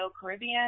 Caribbean